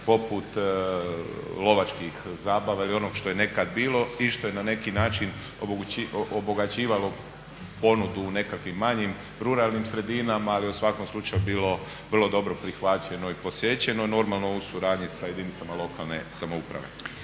poput lovačkih zabava ili onog što je nekad bilo i što je na neki način obogaćivalo ponudu u nekakvim manjim ruralnim sredinama ili u svakom slučaju bilo vrlo dobro prihvaćeno i posjećeno. Normalno u suradnji sa jedinicama lokalne samouprave.